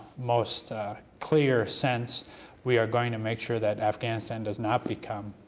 most clear sense we are going to make sure that afghanistan does not become